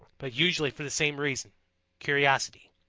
but usually for the same reason curiosity.